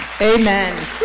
Amen